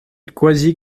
quasi